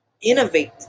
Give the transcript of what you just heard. innovate